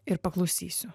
ir paklausysiu